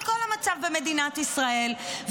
על כל המצב במדינת ישראל,